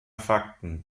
fakten